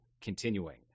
continuing